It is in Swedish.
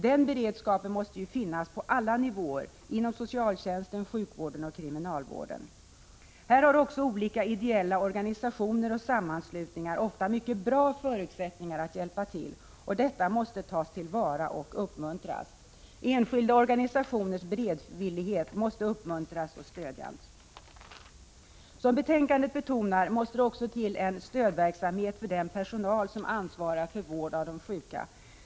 Den beredskapen måste finnas på alla nivåer inom socialtjänsten, sjukvården och kriminalvården. Här har också olika ideella organisationer och sammanslutningar ofta mycket bra förutsättningar att hjälpa till, och detta måste tas till vara och uppmuntras. Enskilda organisationers beredvillighet måste uppmuntras och stödjas. Som betonas i betänkandet måste också en stödverksamhet till för den 13 personal som ansvarar för vården av de sjuka.